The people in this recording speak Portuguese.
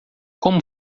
como